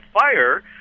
fire